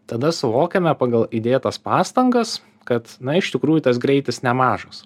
tada suvokiame pagal įdėtas pastangas kad na iš tikrųjų tas greitis nemažas